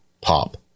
pop